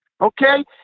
okay